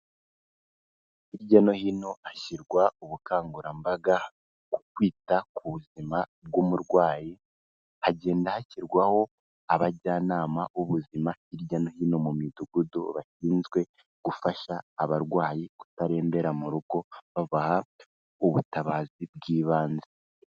Hirya no hino hashyirwa ubukangurambaga, ku kwita ku buzima bw'umurwayi, hagenda hashyirwaho abajyanama b'ubuzima hirya no hino mu midugudu, bashinzwe gufasha abarwayi kutarembera mu rugo, baba hafi ubutabazi bw'ibanze.